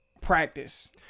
practice